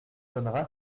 donnera